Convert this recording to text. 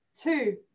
Two